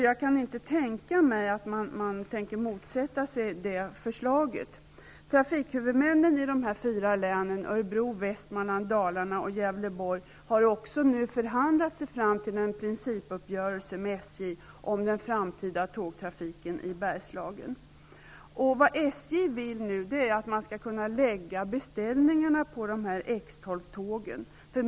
Jag kan inte tänka mig att man motsätter sig det förslaget. Västmanland, Dalarna och Gävleborg, har också förhandlat sig fram till en principuppgörelse med SJ Bergslagen. SJ vill nu att man skall kunna göra beställningar av X 12-tågen.